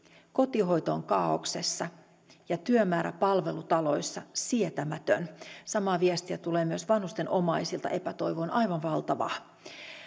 kotihoito on kaaoksessa ja työmäärä palvelutaloissa sietämätön samaa viestiä tulee myös vanhusten omaisilta epätoivo on aivan valtavaa